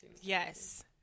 Yes